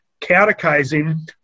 catechizing